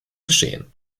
geschehen